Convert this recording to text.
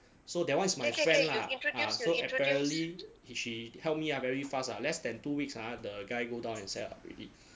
so that one is my friend lah ah so apparently she help me ah very fast ah less than two weeks ah the guy go down and set up already